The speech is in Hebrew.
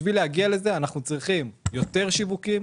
בשביל להגיע לזה אנחנו צריכים יותר שיווקים,